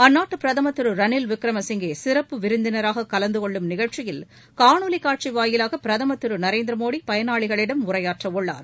அந்நாட்டு பிரதமர் திரு ரணில் விக்ரமசிங்கே சிறப்பு விருந்தினராகக் கலந்து கொள்ளும் நிகழ்ச்சியில் காணொலி காட்சி வாயிலாக பிரதமர் திரு நரேந்திரமோடி பயனாளிகளிடம் உரையாற்ற உள்ளார்